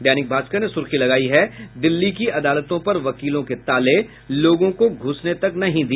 दैनिक भास्कर ने सुर्खी लगायी है दिल्ली की अदालतों पर वकीलों के ताले लोगों को घूसने तक नहीं दिया